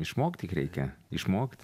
išmokt tik reikia išmokt